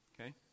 okay